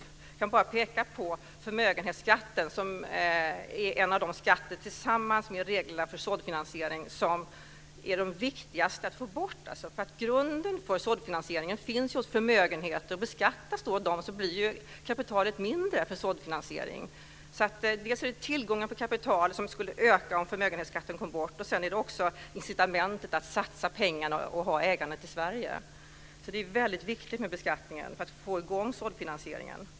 Jag kan bara peka på förmögenhetsskatten, som är en av de skatter, tillsammans med reglerna för såddfinansiering, som är de viktigaste att få bort. Grunden för såddfinansieringen finns hos förmögenheter. Beskattas då de så blir ju kapitalet för såddfinansiering mindre. Dels skulle tillgången på kapital öka om förmögenhetsskatten kom bort, dels incitamentet att satsa pengarna och ha ägandet i Sverige. Det är alltså väldigt viktigt med beskattningen för att få i gång såddfinansieringen.